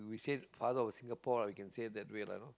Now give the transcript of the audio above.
say father of Singapore we can say that way ah you know